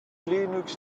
linux